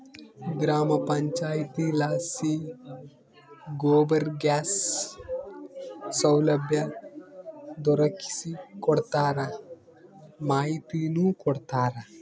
ಗ್ರಾಮ ಪಂಚಾಯಿತಿಲಾಸಿ ಗೋಬರ್ ಗ್ಯಾಸ್ ಸೌಲಭ್ಯ ದೊರಕಿಸಿಕೊಡ್ತಾರ ಮಾಹಿತಿನೂ ಕೊಡ್ತಾರ